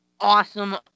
awesome